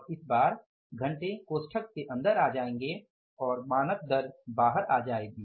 अब इस बार घंटे कोष्ठक के अंदर आ जायेंगे और मानक दर बाहर आ जाएगी